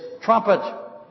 trumpet